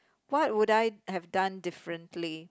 what would I have done differently